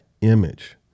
image